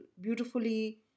beautifully